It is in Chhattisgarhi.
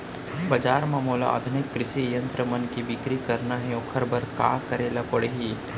बजार म मोला आधुनिक कृषि यंत्र मन के बिक्री करना हे ओखर बर का करे ल पड़ही?